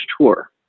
tour